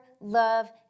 love